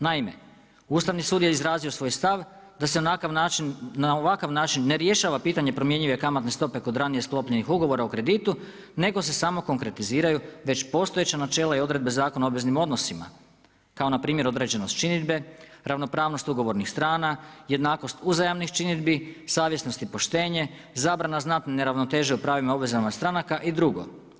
Naime, Ustavni sud je izrazio svoj stav da se na ovakav način ne rješava pitanje promjenjive kamatne stope kod ranije sklopljenih ugovora o kreditu nego se samo konkretiziraju već postojeća načela i odredbe Zakona o obveznim odnosima kao npr. određenog činidbe, ravnopravnost ugovornih strana, jednakost uzajamnih činidbi, savjesnost i poštenje, zabrana znatne neravnoteže u pravima i obvezama stranaka i drugo.